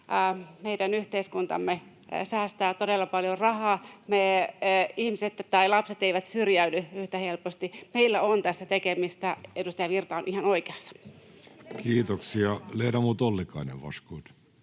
meidän yhteiskuntamme säästää todella paljon rahaa, kun ihmiset tai lapset eivät syrjäydy yhtä helposti. Meillä on tässä tekemistä, edustaja Virta on ihan oikeassa. [Eduskunnasta: Miksi